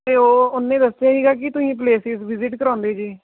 ਅਤੇ ਉਹ ਉਹਨੇ ਦੱਸਿਆ ਸੀਗਾ ਕਿ ਤੁਸੀਂ ਪਲੇਸਿਸ ਵਿਜਿਟ ਕਰਵਾਉਂਦੇ ਜੀ